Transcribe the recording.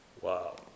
Wow